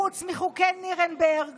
חוץ מחוקי נירנברג